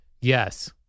Yes